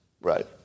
right